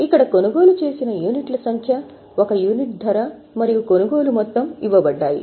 ఇక్కడ కొనుగోలు చేసిన యూనిట్ల సంఖ్య ఒక యూనిట్ ధర మరియు కొనుగోలు మొత్తం ఇవ్వబడ్డాయి